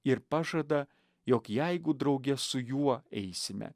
ir pažada jog jeigu drauge su juo eisime